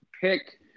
pick